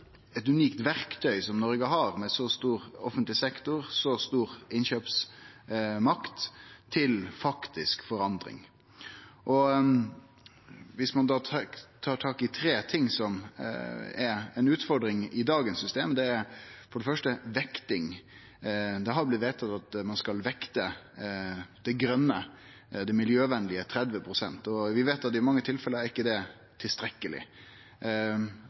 så stor offentleg sektor og med så stor innkjøpsmakt, har til faktisk forandring. Ein kan ta tak i fleire ting som er ei utfordring med dagens system – først det med vekting. Det har blitt vedteke at ein skal vekte det grøne, det miljøvenlege, med 30 pst., og vi veit at i mange tilfelle er ikkje det tilstrekkeleg.